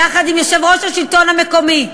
יחד עם יושב-ראש מרכז השלטון המקומי,